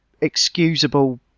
excusable